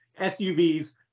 SUVs